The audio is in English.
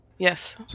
Yes